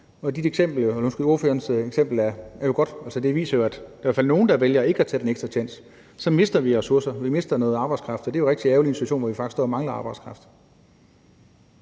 har i forvejen. Ordførerens eksempel er jo godt. Altså, det viser jo, at der i hvert fald er nogle, der vælger ikke at tage den ekstra tjans. Så mister vi ressourcer, så mister vi noget arbejdskraft, og det er jo rigtig ærgerligt i en situation, hvor vi faktisk står og mangler arbejdskraft.